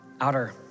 outer